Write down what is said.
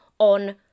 on